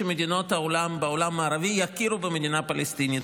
שמדינות בעולם הערבי יכירו במדינה פלסטינית